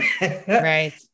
right